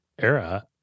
era